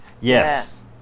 Yes